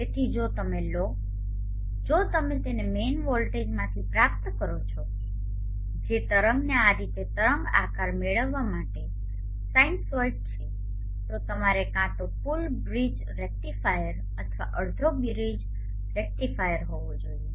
તેથી જો તમે લો જો તમે તેને મેઈન વોલ્ટેજમાંથી પ્રાપ્ત કરો છો જે તરંગને આ રીતે તરંગ આકાર મેળવવા માટે સાઇનસોઇડ છે તો તમારે કાં તો પુલ બ્રિજ રેક્ટિફાયર અથવા અડધો બ્રિજ રિક્ટિફાયર હોવો જોઈએ